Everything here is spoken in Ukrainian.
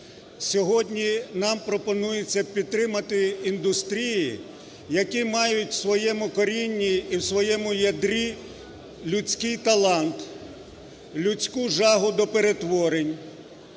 Сьогодні нам пропонується підтримати індустрії, які мають у своєму корінні і у своєму ядрі людський талант, людську жагу до перетворення,